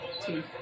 Two